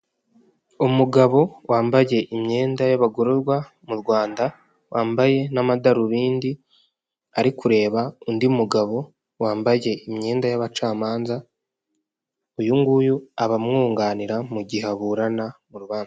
Umugabo wambaye imyenda y'abagororwa mu rwanda wambaye n'amadarubindi, ari kureba undi mugabo wambaye imyenda y'abacamanza. Uyunguyu aba amwunganira mu gihe aburana mu rubanza.